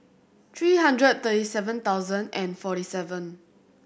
three hundred and thirty seven thousand and forty seven